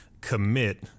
commit